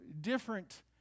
different